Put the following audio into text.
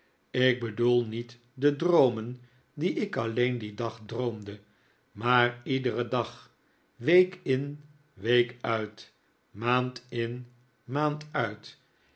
ik bedoel niet de droomen die ik alleen dien dag droomde maar iederen dag week in week uit maand in maand uit